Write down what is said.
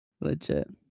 legit